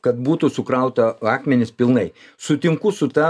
kad būtų sukrauta akmenys pilnai sutinku su ta